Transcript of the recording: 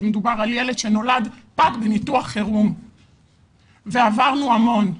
מדובר על ילד שנולד פג בניתוח חירום ועברנו המון.